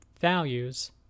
values